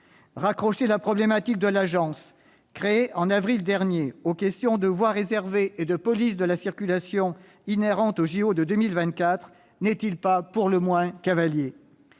Raccrocher la problématique de l'Agence, créée en avril dernier, aux questions de voies réservées et de police de la circulation inhérentes aux JO de 2024 n'est-il pas pour le moins cavalier ?